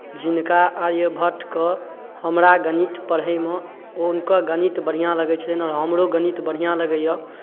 जिनका आर्यभट्टके हमरा गणित पढ़ैमे हुनको गणित बढ़िआँ लगै छनि आओर हमरो गणित बढ़िआँ लगैए